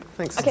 Thanks